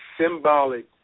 symbolic